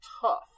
tough